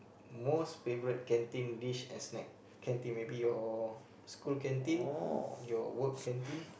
most favourite canteen dish and snack canteen maybe your school canteen your work canteen